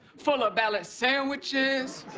full of ballot sandwiches,